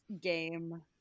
game